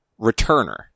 Returner